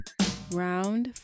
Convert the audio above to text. Round